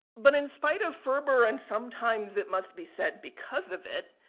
but, in spite of ferber and sometimes it must be said because of it,